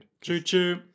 Choo-choo